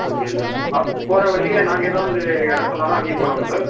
okay sir போகிற வழியில் நாங்கள் எதாவது இடம் சொன்னாலும் அங்கேயும் போகலாமா சார்